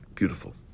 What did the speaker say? beautiful